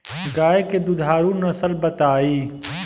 गाय के दुधारू नसल बताई?